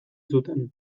zuten